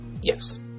yes